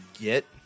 get